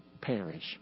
perish